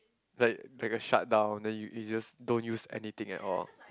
like like a shut down then you you just don't use anything at all